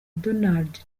donald